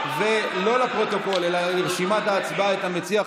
ולא לפרוטוקול אלא לרשימת ההצבעה את המציע,